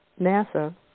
NASA